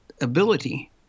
ability